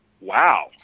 wow